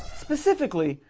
specifically,